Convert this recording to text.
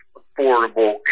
affordable